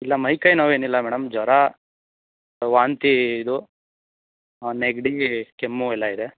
ಇಲ್ಲ ಮೈಕೈ ನೋವು ಏನಿಲ್ಲ ಮೇಡಮ್ ಜ್ವರ ವಾಂತಿ ಇದು ಹಾಂ ನೆಗಡಿ ಕೆಮ್ಮು ಎಲ್ಲ ಇದೆ